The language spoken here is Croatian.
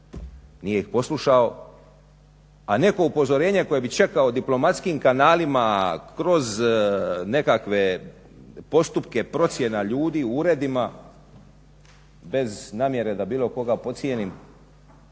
nije ih poslušao, a neko upozorenje koje bi čekao diplomatskim kanalima kroz nekakve postupke procjena ljudi u uredima, bez namjere da bilo koga podcijenim,